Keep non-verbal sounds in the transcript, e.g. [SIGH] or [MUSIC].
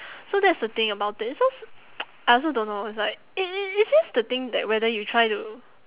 so that's the thing about it so [NOISE] I also don't know it's like it it it's just the thing that whether you try to